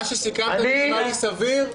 מה שסיכמת נשמע לי סביר.